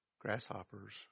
grasshoppers